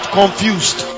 confused